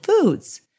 foods